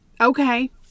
Okay